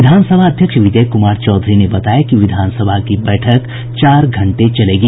विधानसभा अध्यक्ष विजय कुमार चौधरी ने बताया कि विधानसभा की बैठक चार घंटे चलेगी